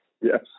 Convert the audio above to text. Yes